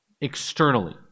externally